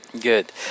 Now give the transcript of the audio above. good